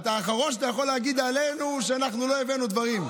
אתה האחרון שיכול להגיד עלינו שלא הבאנו דברים.